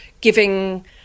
giving